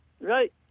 Right